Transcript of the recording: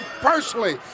personally